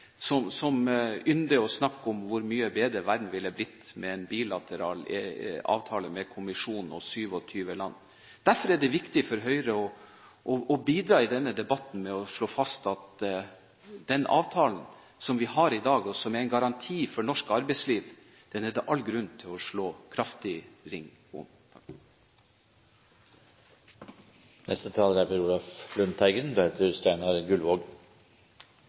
som ynder å snakke om hvor mye bedre verden ville blitt med en bilateral avtale med kommisjonen og 27 land. Derfor er det viktig for Høyre å bidra i denne debatten med å slå fast at den avtalen som vi har i dag, og som er en garanti for norsk arbeidsliv, er det all grunn til å slå kraftig ring om.